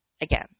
again